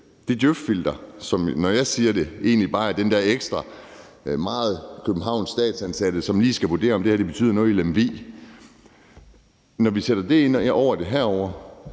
det djøf-filter, når jeg siger det, egentlig bare er den der ekstra statsansatte i København, som lige skal vurdere, om det her betyder noget i Lemvig. Når det bliver sat ind over det herovre,